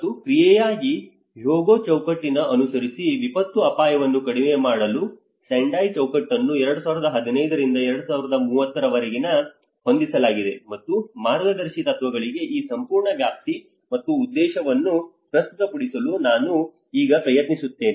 ಮತ್ತು ಕ್ರಿಯೆಗಾಗಿ ಹಿಯೋಗೋ ಚೌಕಟ್ಟನ್ನು ಅನುಸರಿಸಿ ವಿಪತ್ತು ಅಪಾಯವನ್ನು ಕಡಿಮೆ ಮಾಡಲು ಸೆಂಡೈ ಚೌಕಟ್ಟನ್ನು 2015 ರಿಂದ 2030 ರವರೆಗೆ ಹೊಂದಿಸಲಾಗಿದೆ ಮತ್ತು ಮಾರ್ಗದರ್ಶಿ ತತ್ವಗಳಿಗೆ ಈ ಸಂಪೂರ್ಣ ವ್ಯಾಪ್ತಿ ಮತ್ತು ಉದ್ದೇಶವನ್ನು ಪ್ರಸ್ತುತಪಡಿಸಲು ನಾನು ಈಗ ಪ್ರಯತ್ನಿಸುತ್ತೇನೆ